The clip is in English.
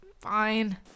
Fine